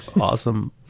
awesome